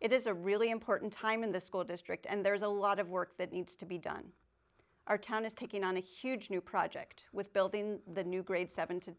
it is a really important time in the school district and there is a lot of work that needs to be done our town is taking on a huge new project with building the new grade seven